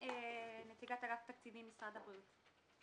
נציגת אגף התקציבים, משרד הבריאות.